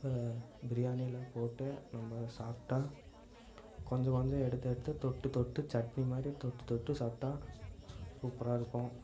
பிரியாணியில் போட்டு நம்ப சாப்பிட்டா கொஞ்சம் கொஞ்சம் எடுத்து எடுத்து தொட்டு தொட்டு சட்னி மாதிரி தொட்டு தொட்டு சாப்பிட்டா சூப்பராக இருக்கும்